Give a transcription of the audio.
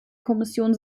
kommission